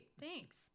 thanks